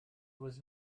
was